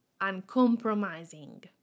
uncompromising